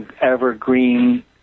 evergreen